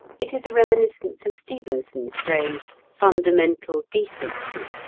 it is a reminiscence of stevenson's phrase fundamental decency.